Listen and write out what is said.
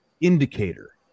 indicator